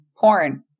porn